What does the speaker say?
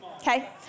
Okay